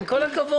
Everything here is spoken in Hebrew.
עם כל הכבוד,